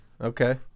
Okay